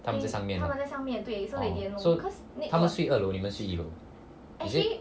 ah 在 like at the moment 他们在上面啦 orh so 他们睡二楼你们睡一楼 eh